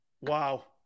Wow